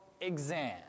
exam